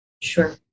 Sure